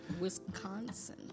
Wisconsin